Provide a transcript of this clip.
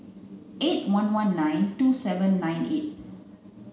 eight one one nine two seven nine eight